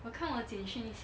我看我简讯一下